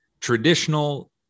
traditional